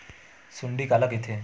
सुंडी काला कइथे?